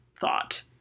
thought